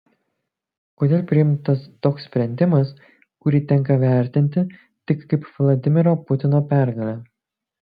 kodėl priimtas toks sprendimas kurį tenka vertinti tik kaip vladimiro putino pergalę